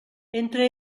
entre